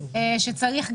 מבנים שצריך לחזק,